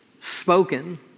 spoken